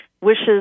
wishes